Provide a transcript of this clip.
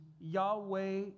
Yahweh